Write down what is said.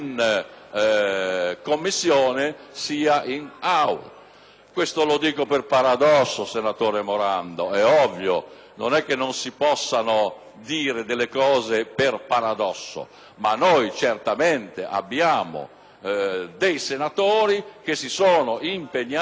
Questo lo dico per paradosso, senatore Morando. È ovvio, non è che non si possano fare delle affermazioni per paradosso; noi certamente abbiamo dei senatori che si sono impegnati e che hanno visto approvati tanti emendamenti.